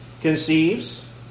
conceives